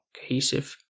cohesive